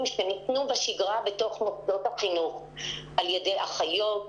שניתנו בשגרה בתוך מוסדות החינוך על ידי אחיות,